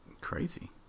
Crazy